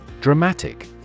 Dramatic